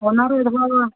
മൂന്നാര് ഒരുപാട്